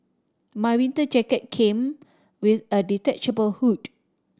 my winter jacket came with a detachable hood